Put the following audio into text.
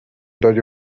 داری